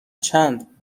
چند